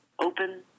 Open